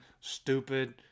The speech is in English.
Stupid